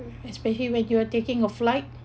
especially when you are taking a flight